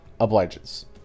obliges